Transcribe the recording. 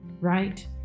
right